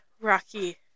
Rocky